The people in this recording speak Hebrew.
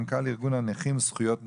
מנכ"ל ארגון הנכים זכויות נכים,